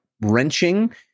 wrenching